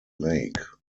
lake